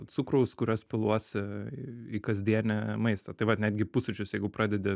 cukraus kurios piluosi į kasdienį maistą tai vat netgi pusryčius jeigu pradedi